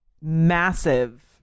massive